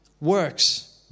works